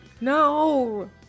No